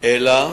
אלא